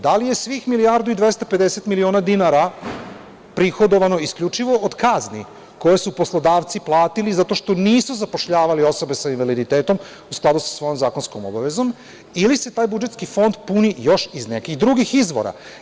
Da li je svih milijardu i 250 miliona dinara prihodovano isključivo od kazni koje su poslodavci platili zato što nisu zapošljavali osobe sa invaliditetom u skladu sa svojom zakonskom obavezom ili se taj budžetski fond puni još iz nekih drugih izvora?